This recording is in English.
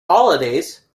holidays